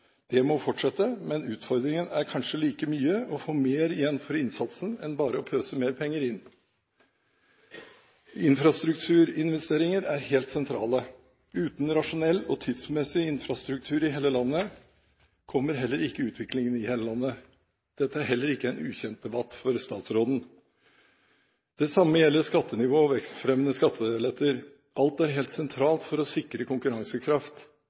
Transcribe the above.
Det må fortsette, men utfordringen er kanskje like mye å få mer igjen for innsatsen enn bare å pøse mer penger inn. Infrastrukturinvesteringer er helt sentrale. Uten rasjonell og tidsmessig infrastruktur i hele landet kommer heller ikke utvikling i hele landet. Dette er heller ikke en ukjent debatt for statsråden. Det samme gjelder skattenivå og vekstfremmende skatteletter. Alt er helt sentralt for å sikre konkurransekraft